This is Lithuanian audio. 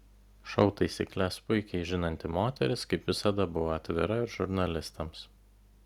šou taisykles puikiai žinanti moteris kaip visada buvo atvira ir žurnalistams